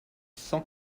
cent